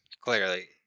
clearly